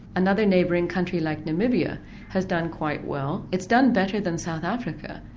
another neighbouring country like nimibia has done quite well, it's done better than south africa,